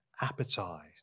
appetite